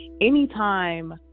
anytime